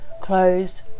closed